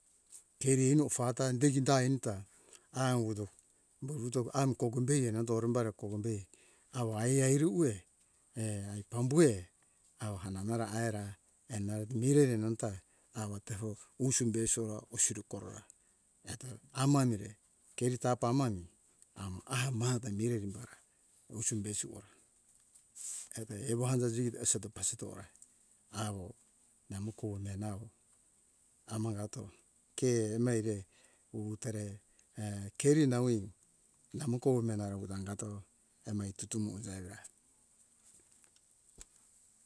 Keri eni ofata deginda enta auvudo boruto am kogumbe henanta orumbara kogumbe awo ai ai uruwe err ai pambuhe awo hananana ra aira enarate mirere nanta awa tefo wusu beso ra osuru korora eto amamire keri tapa amami amo ahata mata merim bara usu besi ora epe ewo hanza jikito eseto pasito ora awo namo kome nawo amangato ke ema eire wuwu tore err keri naui namo komena angato emai tutumo da evira.